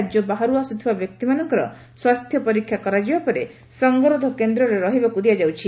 ରାଜ୍ୟ ବାହାରୁ ଆସୁଥିବା ବ୍ୟକ୍ତିମାନଙ୍କ ସ୍ୱାସ୍ଥ୍ୟ ପରୀକ୍ଷା କରାଯିବା ପରେ ସଂଗରୋଧ କେଦ୍ରରେ ରହିବାକୁ ଦିଆଯାଉଛି